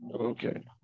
Okay